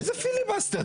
איזה פיליבסטר?